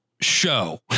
show